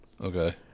Okay